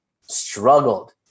struggled